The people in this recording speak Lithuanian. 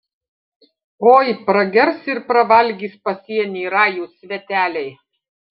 oi pragers ir pravalgys pasienį rajūs sveteliai